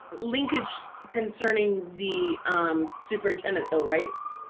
linkage concerning the um superintendent though right?